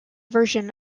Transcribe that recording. version